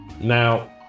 Now